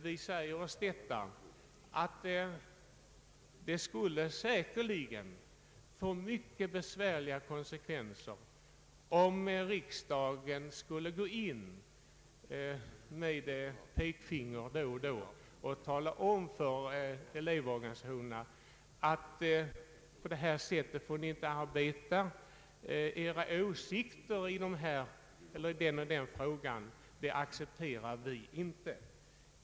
Utskottsmajoriteten har sagt sig att det säkerligen skulle uppstå mycket besvärliga konsekvenser om riksdagen då och då skulle komma med ett pekfinger och tala om för elevorganisationerna hur de bör arbeta, att deras åsikter i den eller den frågan inte kan accepteras, 0. s. v.